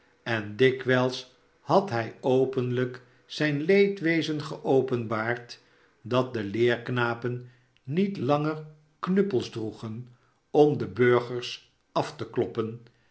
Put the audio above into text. en dikwijls had hij openlijk zijn leedwezen geopenbaard dat de leerknapen niet langer knuppels droegen om de burgers af te kloppen